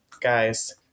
guys